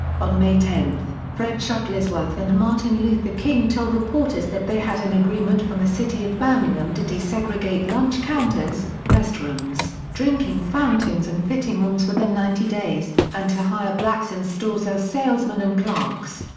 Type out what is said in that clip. on may ten, fred shuttlesworth and martin luther king told reporters that they had an agreement from the city of birmingham to desegregate lunch counters, restrooms, drinking fountains and fitting rooms within ninety days, and to hire blacks in stores as salesmen and clerks.